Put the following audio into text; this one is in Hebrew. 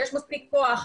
כשיש מספיק כוח,